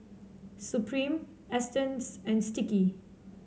Supreme Astons and Sticky